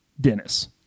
Dennis